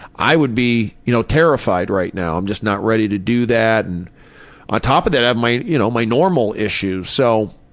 i would be, you know, terrified right now, um just not ready to do that, and on top of that i have you know my normal issues. so,